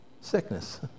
sickness